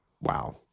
Wow